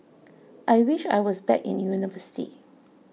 I wish I was back in university